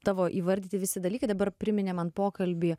tavo įvardyti visi dalykai dabar priminė man pokalbį